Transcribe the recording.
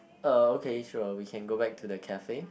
uh okay sure we can go back to the cafe